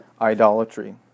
idolatry